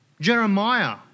Jeremiah